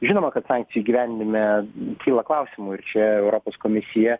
žinoma kad sankcijų įgyvendinime kyla klausimų ir čia europos komisija